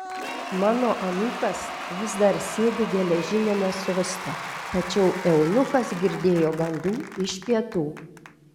mano anūkas vis dar sėdi geležiniame soste tačiau eunuchas girdėjo gandų iš pietų